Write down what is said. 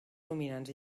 dominants